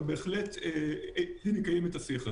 אבל בהחלט נקיים את השיח.